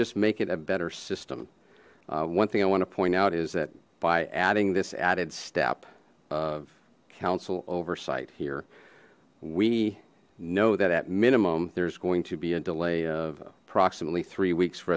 just make it a better system one thing i want to point out is that by adding this added step of counsel oversight here we know that at minimum there's going to be a delay of approximately three weeks for